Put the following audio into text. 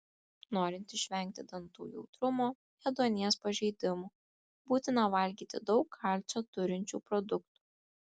norint išvengti dantų jautrumo ėduonies pažeidimų būtina valgyti daug kalcio turinčių produktų